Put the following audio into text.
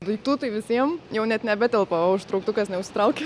daiktų tai visiem jau net nebetelpa va užtrauktukas neužsitraukė